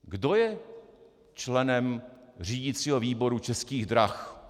Kdo je členem řídicího výboru Českých drah?